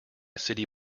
city